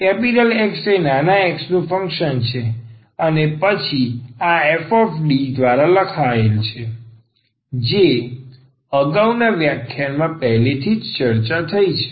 X એ નાના x નું ફંક્શન છે અને પછી અહીં આ fD દ્વારા લખાયેલ છે જે અગાઉના વ્યાખ્યાનમાં પહેલાથી ચર્ચા થઈ છે